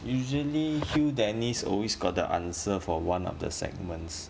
usually hugh dennis always got the answer for one of the segments